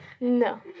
No